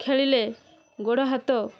ଖେଳିଲେ ଗୋଡ଼ହାତ